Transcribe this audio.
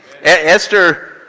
Esther